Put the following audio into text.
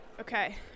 Okay